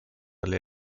alle